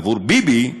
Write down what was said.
עבור ביבי,